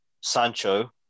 Sancho